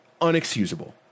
unexcusable